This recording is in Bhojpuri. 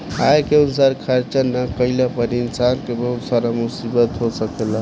आय के अनुसार खर्चा ना कईला पर इंसान के बहुत सारा मुसीबत हो सकेला